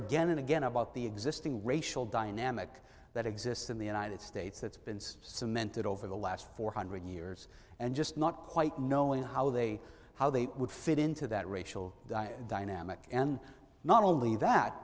again and again about the existing racial dynamic that exists in the united states that's been cemented over the last four hundred years and just not quite knowing how they how they would fit into that racial dynamic and not only that